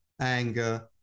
anger